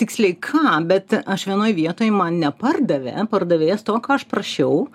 tiksliai ką bet aš vienoj vietoj man nepardavė pardavėjas to ką aš prašiau